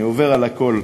אני עובר על הכול,